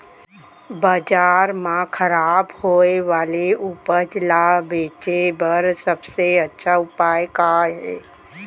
बाजार मा खराब होय वाले उपज ला बेचे बर सबसे अच्छा उपाय का हे?